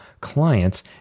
clients